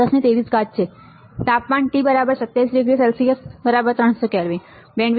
3803x1023 તાપમાન T 27°C 300 K bandwidth